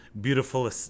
beautiful